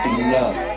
enough